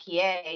PA